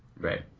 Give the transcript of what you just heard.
right